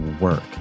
work